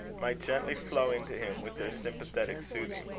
might gently flow into him with their sympathetic soothing.